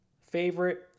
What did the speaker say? favorite